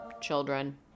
children